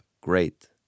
Great